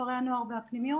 כפרי הנוער והפנימיות.